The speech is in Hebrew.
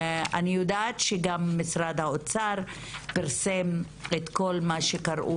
אני יודעת שגם משרד האוצר פרסם את כל מה שקראו